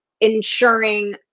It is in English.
ensuring